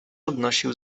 odnosił